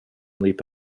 leap